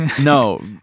No